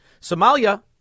Somalia